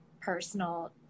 personal